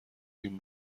این